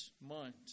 mind